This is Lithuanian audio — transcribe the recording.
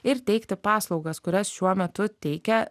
ir teikti paslaugas kurias šiuo metu teikia